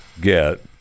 get